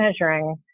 measuring